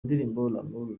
indirimbo